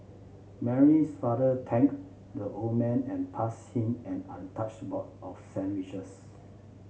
Mary's father thanked the old man and passed him an untouched box of sandwiches